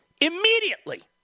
immediately